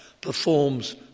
performs